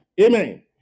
Amen